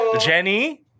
Jenny